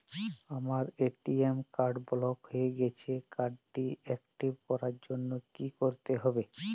আমার ATM card block হয়ে গেছে কার্ড টি একটিভ করার জন্যে কি করতে হবে?